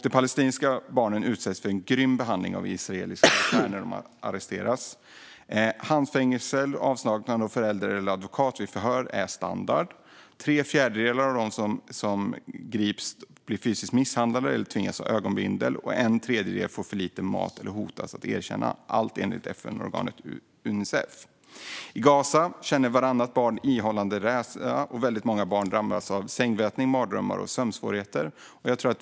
De palestinska barnen utsätts för en grym behandling av israeliska militärer när de arresteras. Handfängsel och avsaknad av förälder eller advokat vid förhör är standard. Tre fjärdedelar av dem som grips blir fysiskt misshandlade eller tvingas ha ögonbindel, och en tredjedel får för lite mat eller hotas att erkänna - allt enligt FN-organet Unicef. I Gaza känner vartannat barn ihållande rädsla, och väldigt många barn drabbas av sängvätning, mardrömmar och sömnsvårigheter.